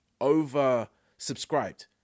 oversubscribed